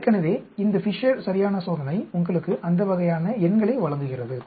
எனவே இந்த ஃபிஷர் சரியான சோதனை உங்களுக்கு அந்த வகையான எண்களை வழங்குகிறது